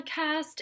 podcast